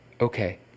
okay